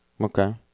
Okay